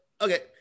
okay